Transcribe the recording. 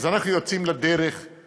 אז אנחנו יוצאים לדרך,